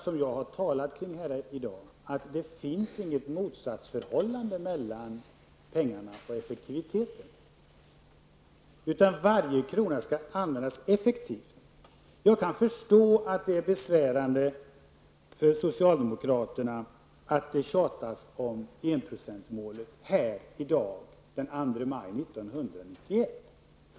Men jag har ju här i dag just talat om att det inte finns något motsatsförhållande mellan pengarna och effektiviteten. Varje krona skall användas effektivt. Jag kan förstå att det är besvärande för socialdemokraterna att det tjatas om enprocentsmålet här i dag, den 2 maj 1991.